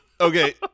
Okay